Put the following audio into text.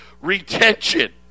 retention